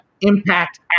impact